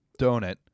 donut